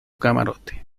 camarote